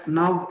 now